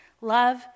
Love